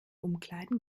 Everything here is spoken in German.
umkleiden